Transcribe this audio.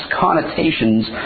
connotations